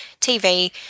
TV